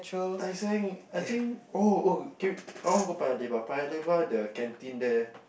Tai-Seng I think oh oh can we I want go Paya-Lebar Paya-Lebar the canteen there